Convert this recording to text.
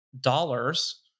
dollars